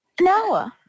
no